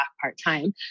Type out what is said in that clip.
part-time